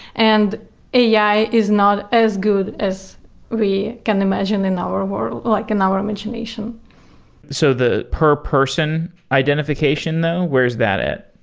and ai is not as good as we can imagine in our world, like in our imagination so the per-person identification though, where's that at?